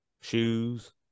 shoes